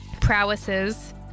prowesses